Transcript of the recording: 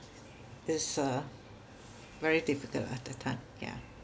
this uh very difficult lah at that time yeah